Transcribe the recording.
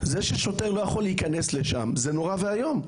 זה ששוטר לא יכול להיכנס לשם, זה נורא ואיום.